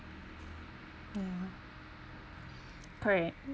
ya correct